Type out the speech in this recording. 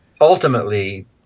ultimately